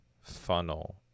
funnel